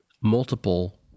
multiple